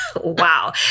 Wow